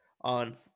on